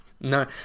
No